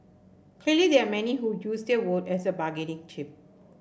clearly there are many who use their vote as a bargaining chip